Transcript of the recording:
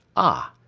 ah,